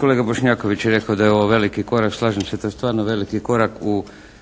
Kolega Bošnjaković je rekao da je ovo veliki korak. Slažem se. To je stvarno veliki korak u